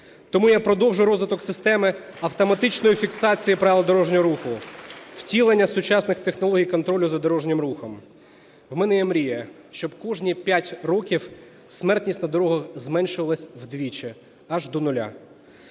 Тому я продовжу розвиток системи автоматичної фіксації правил дорожнього руху, втілення сучасних технологій контролю за дорожнім рухом. В мене є мрія, щоб кожні п'ять років смертність на дорогах зменшилась вдвічі, аж до нуля.